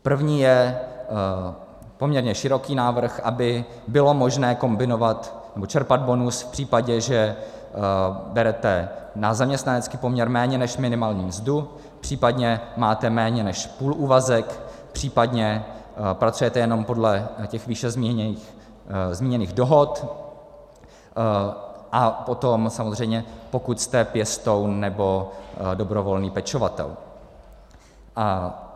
První je poměrně široký návrh, aby bylo možné kombinovat nebo čerpat bonus v případě, že berete na zaměstnanecký poměr méně než minimální mzdu, případně máte méně než půlúvazek, případně pracujete jenom podle těch výše zmíněných dohod, a potom samozřejmě pokud jste pěstoun nebo dobrovolný pečovatel.